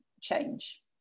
change